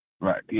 Right